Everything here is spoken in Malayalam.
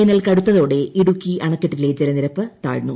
വേനൽ കടുത്തോടെ ഇടുക്കി അണക്കെട്ടിലെ ന് ജലനിരപ്പ് താഴ്ന്നു